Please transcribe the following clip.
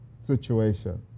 situation